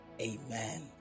amen